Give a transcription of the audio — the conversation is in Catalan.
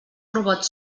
robot